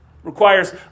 requires